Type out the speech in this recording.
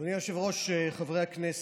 אדוני היושב-ראש, חברי הכנסת,